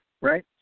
right